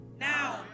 Now